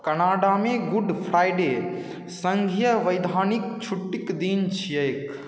कनाडामे Good Friday सङ्घीय वैधानिक छुट्टीके दिन छियैक